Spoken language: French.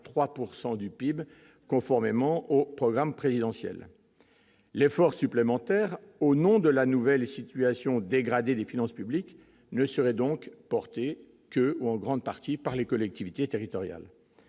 du du PIB, conformément au programme présidentiel l'effort supplémentaire au nom de la nouvelle situation dégradée des finances publiques ne serait donc portée que ou en grande partie par les collectivités territoriales